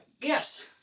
Yes